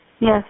Yes